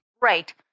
Right